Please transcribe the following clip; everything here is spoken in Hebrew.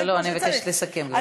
לא, אני מבקשת לסכם, גברתי.